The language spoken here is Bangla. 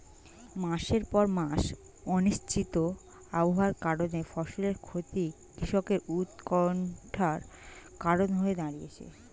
মাসের পর মাস অনিশ্চিত আবহাওয়ার কারণে ফসলের ক্ষতি কৃষকদের উৎকন্ঠার কারণ হয়ে দাঁড়িয়েছে